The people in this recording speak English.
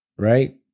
Right